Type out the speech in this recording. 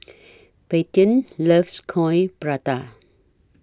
Paityn loves Coin Prata